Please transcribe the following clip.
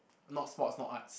not sports not arts